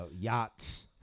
yachts